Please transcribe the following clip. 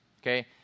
okay